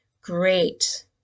great